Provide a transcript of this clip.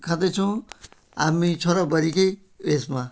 खाँदैछौँ हामी छोरा बुहारीकै उयोमा